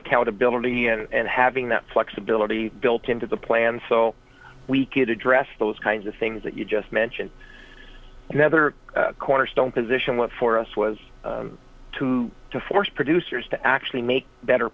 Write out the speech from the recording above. accountability and having that flexibility built into the plan so we could address those kinds of things that you just mentioned another cornerstone position one for us was to to force producers to actually make better